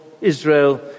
Israel